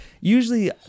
usually